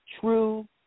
True